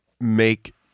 make